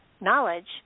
knowledge